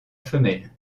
femelle